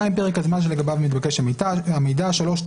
לגבי אזרח חוץ שלפי דיני מדינת אזרחותו והמדינה שבה הוא